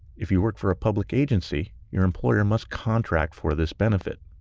if you work for a public agency, your employer must contract for this benefit.